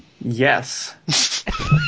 Yes